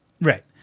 Right